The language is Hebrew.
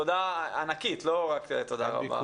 תודה ענקית, לא רק תודה רבה.